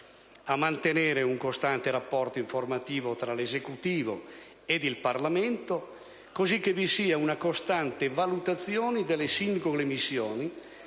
di mantenere un costante rapporto informativo tra l'Esecutivo ed il Parlamento, così che vi sia una costante valutazione delle singole missioni